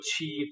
achieve